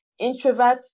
introverts